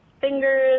fingers